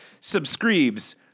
subscribes